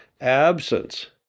absence